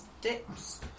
dips